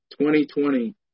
2020